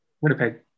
Winnipeg